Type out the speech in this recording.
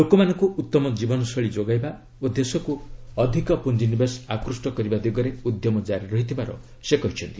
ଲୋକମାନଙ୍କୁ ଉତ୍ତମ କୀବନଶୈଳୀ ଯୋଗାଇବା ଓ ଦେଶକୁ ଅଧିକ ପୁଞ୍ଜିନିବେଶ ଆକୃଷ୍ଟ କରିବା ଦିଗରେ ଉଦ୍ୟମ କାରି ରହିଥିବାର ସେ କହିଛନ୍ତି